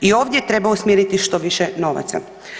I ovdje treba usmjeriti što više novaca.